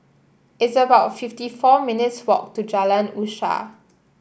it's about fifty four minutes' walk to Jalan Usaha